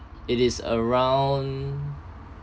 it is around